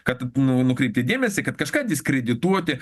kad nu nukreipi dėmesį kad kažką diskredituoti